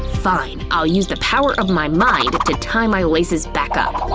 fine, i'll use the power of my mind to tie my laces back up.